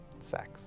Sex